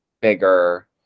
bigger